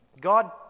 God